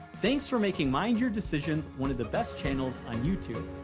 thanks for making mind your decisions one of the best channels on youtube.